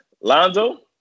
Lonzo